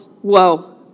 Whoa